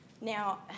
Now